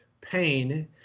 pain